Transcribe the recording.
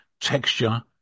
texture